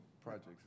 projects